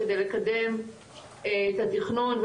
כדי לקדם את התכנון,